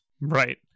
Right